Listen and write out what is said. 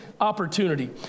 opportunity